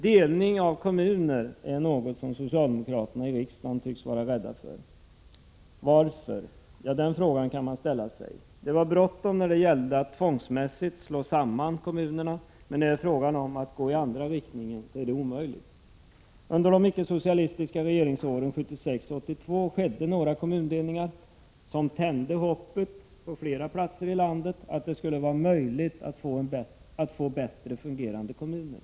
Delning av kommuner är något som socialdemokraterna i riksdagen tycks vara rädda för. Varför? Den frågan kan man verkligen ställa sig. Det var bråttom när det gällde att tvångsmässigt slå samman kommunerna, men när det är fråga om att gå i andra riktningen är det omöjligt. Under de icke-socialistiska regeringsåren 1976—1982 skedde några kommundelningar, som tände hoppet på flera platser i landet att det skulle vara möjligt att få bättre fungerande kommuner.